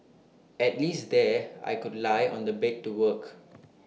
at least there I could lie on the bed to work